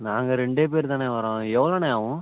நாங்கள் ரெண்டே பேரு தாண்ண வரோம் எவ்வளோண்ண ஆகும்